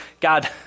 God